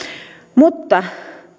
mutta